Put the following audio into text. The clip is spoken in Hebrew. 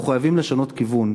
אנחנו חייבים לשנות כיוון.